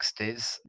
60s